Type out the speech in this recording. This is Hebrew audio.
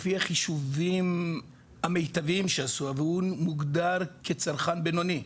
לפי החישובים המיטביים שעשו והוא מוגדר כצרכן בינוני,